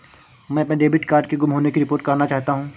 मैं अपने debit card के गुम होने की रिपोर्ट करना चाहता हूँ